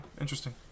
interesting